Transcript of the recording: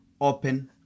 open